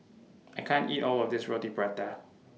I can't eat All of This Roti Prata